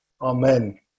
amen